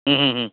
ହୁଁ ହୁଁ ହୁଁ